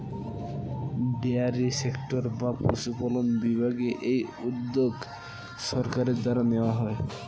dairy sector বা পশুপালন বিভাগে এই উদ্যোগ সরকারের দ্বারা নেওয়া হয়